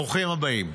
ברוכים הבאים.